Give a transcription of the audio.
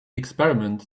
experiment